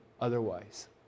otherwise